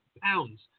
pounds